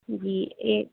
جی یہ